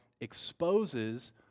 exposes